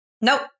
Nope